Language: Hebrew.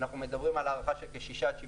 אנחנו מדברים על הערכה של כ-6 עד 7